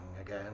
again